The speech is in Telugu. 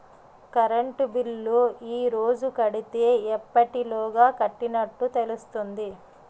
కరెంట్ బిల్లు ఈ రోజు కడితే ఎప్పటిలోగా కట్టినట్టు తెలుస్తుంది?